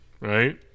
Right